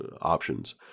options